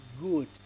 good